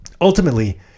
Ultimately